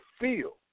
feel